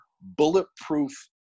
bulletproof